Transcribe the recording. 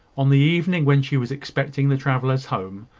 on the evening when she was expecting the travellers home,